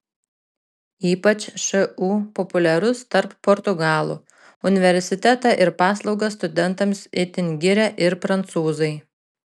ypač šu populiarus tarp portugalų universitetą ir paslaugas studentams itin giria ir prancūzai